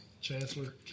Chancellor